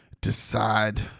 decide